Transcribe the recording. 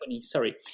sorry